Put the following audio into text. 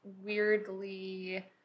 weirdly